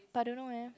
but I don't know leh